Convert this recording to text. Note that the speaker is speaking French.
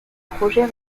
projets